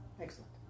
excellent